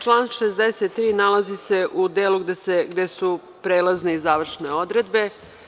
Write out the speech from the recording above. Član 63. nalazi se u delu gde su prelazne i završne odredbe.